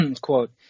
quote